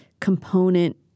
component